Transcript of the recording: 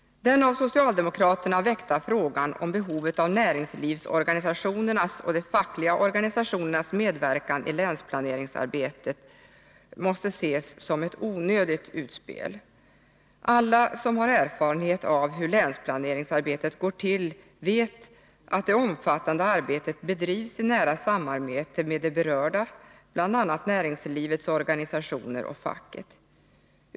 Den av socialdemokraterna väckta frågan om behovet av näringslivsorganisationernas och de fackliga organisationernas medverkan i länsplaneringsarbetet måste ses som ett onödigt utspel. Alla som har erfarenhet av hur länsplaneringsarbetet går till, vet att det omfattande arbetet bedrivs i nära samarbete med de berörda, bl.a. näringslivets organisationer och facket.